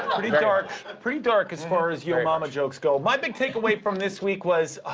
pretty dark. pretty dark as far as yo momma jokes go. my big takeaway from this week was, ah,